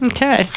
Okay